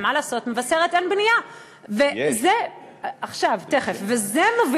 מודיעין זה לא ירושלים.